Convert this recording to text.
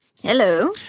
Hello